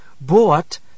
bought